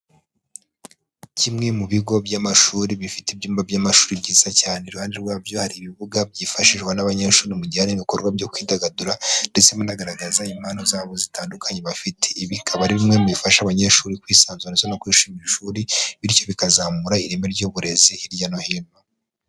Kimwe mu bigo by'amashuri bifite ibyumba by'amashuri byiza cyane iruhande rwabyo hari ibibuga byifashishwa n'abanyeshuri mu gihe hari n'ibikorwa byo kwidagadura ndetse bagaragaza impano zabo zitandukanye bafite bikaba ari bimwe bifasha abanyeshuri kwisanzu ndetse no kwishimira , ishuri bityo bikazamura ireme ry'uburezi hirya no hino.